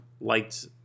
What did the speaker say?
liked